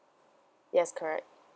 yes correct